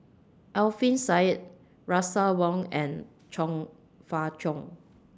Alfian Sa'at Russel Wong and Chong Fah Cheong